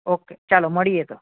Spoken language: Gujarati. ઓકે ચાલો મળીએ તો